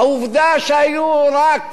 העובדה שהיו רק